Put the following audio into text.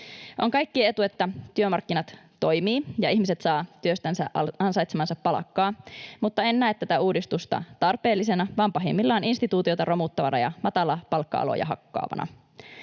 On kaikkien etu, että työmarkkinat toimivat ja ihmiset saavat työstänsä ansaitsemaansa palkkaa, mutta en näe tätä uudistusta tarpeellisena vaan pahimmillaan instituutiota romuttavana ja matalapalkka-aloja hakkaavana.